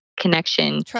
connection